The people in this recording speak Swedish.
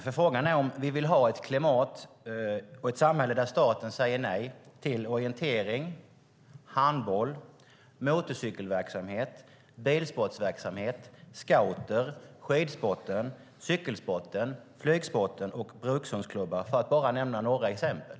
Frågan är nämligen om vi vill ha ett klimat och ett samhälle där staten säger nej till orientering, handboll, motorcykelverksamhet, bilsportverksamhet, scouter, skidsport, cykelsport, flygsport och brukshundsklubbar - för att bara nämna några exempel.